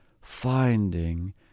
finding